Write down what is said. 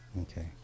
Okay